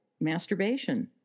Masturbation